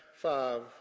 five